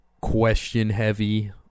question-heavy